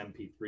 MP3